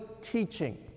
teaching